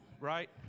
right